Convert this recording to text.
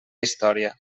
història